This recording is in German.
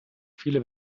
viele